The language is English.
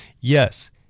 Yes